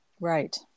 Right